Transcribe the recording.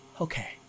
Okay